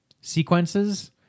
sequences